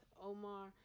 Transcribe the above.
Omar